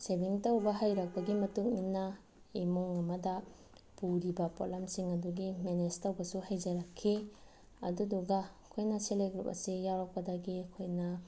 saving ꯇꯧꯕ ꯍꯩꯔꯛꯄꯒꯤ ꯃꯇꯨꯡ ꯏꯟꯅ ꯏꯃꯨꯡ ꯑꯃꯗ ꯄꯨꯔꯤꯕ ꯄꯣꯠꯂꯝꯁꯤꯡ ꯑꯗꯨꯒꯤ ꯃꯦꯅꯦꯖ ꯇꯧꯕꯁꯨ ꯍꯩꯖꯔꯛꯈꯤ ꯑꯗꯨꯗꯨꯒ ꯑꯩꯈꯣꯏꯅ ꯁꯦꯜꯐ ꯍꯦꯜꯞ ꯒ꯭ꯔꯨꯞ ꯑꯁꯦ ꯌꯥꯎꯔꯛꯄꯗꯒꯤ ꯑꯩꯈꯣꯏꯅ